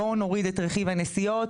בואו נוריד את רכיב הנסיעות,